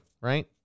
right